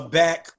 back